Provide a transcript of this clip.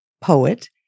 poet